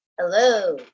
Hello